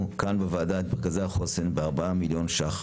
כאן בוועדה את מרכזי החוסן ב-4 מיליון שקלים.